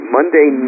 Monday